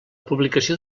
publicació